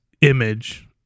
image